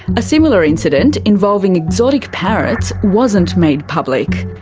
a similar incident, involving exotic parrots, wasn't made public.